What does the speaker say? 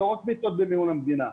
לא רק מיטות במימון המדינה.